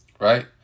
Right